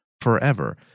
forever